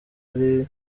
ari